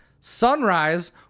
Sunrise